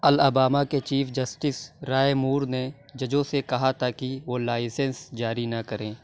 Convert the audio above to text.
Alabama کے chief justice Roy Moore نے ججوں سے کہا تھا کہ وہ لائسنس جاری نہ کریں